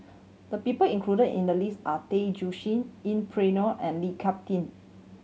the people included in the list are Tay Joo Shin Yeng Pway Ngon and Lee Cut Tieng